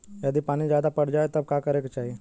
यदि पानी ज्यादा पट जायी तब का करे के चाही?